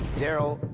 daryl,